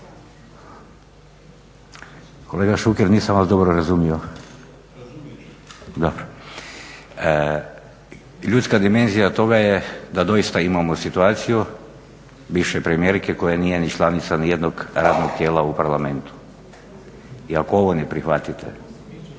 Razumjet ćete./ … Dobro. I ljudska dimenzija toga je da doista imamo situaciju bivše premijerke koja nije ni članica niti jednog radnog tijela u Parlamentu i ako ovo ne prihvatite,